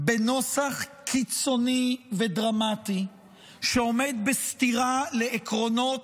בנוסח קיצוני ודרמטי שעומד בסתירה לעקרונות